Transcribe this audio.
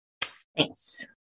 Thanks